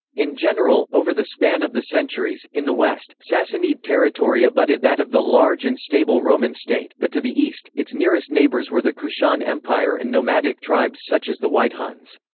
in general, over the span of the centuries, in the west, sassanid territory abutted that of the large and stable roman state, but to the east, its nearest neighbors were the kushan empire and nomadic tribes such as the white huns.